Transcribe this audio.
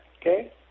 okay